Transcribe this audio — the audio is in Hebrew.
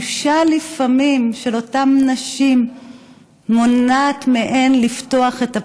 ולפעמים הבושה של אותן נשים מונעת מהן לפתוח את הפה.